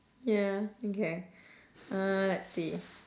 ya okay uh let's see